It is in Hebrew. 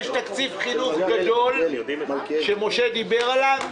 יש תקציב חינוך גדול, שמשה שגיא דיבר עליו,